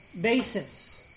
basis